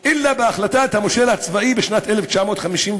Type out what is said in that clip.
אלא עברו בהחלטת המושל הצבאי בשנת 1956,